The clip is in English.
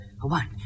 One